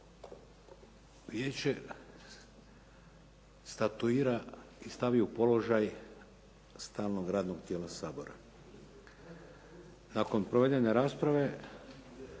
vijeće statuira i stavi u položaj stalnog radnog tijela Sabora. Nakon provedene rasprave